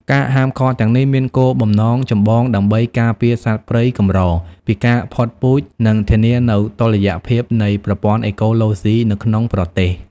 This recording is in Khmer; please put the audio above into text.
ការហាមឃាត់ទាំងនេះមានគោលបំណងចម្បងដើម្បី ការពារសត្វព្រៃកម្រពីការផុតពូជ និង ធានានូវតុល្យភាពនៃប្រព័ន្ធអេកូឡូស៊ី នៅក្នុងប្រទេស។